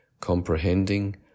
comprehending